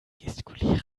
gestikulieren